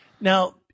Now